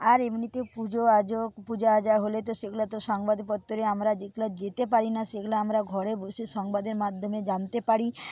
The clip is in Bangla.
আর এমনিতেও পুজো আজো পুজো য়াজা হলে তো সেগুলো তো সংবাদপত্রে আমরা যেগুলো যেতে পারি না সেগুলো আমরা ঘরে বসে সংবাদের মাধ্যমে জানতে পারি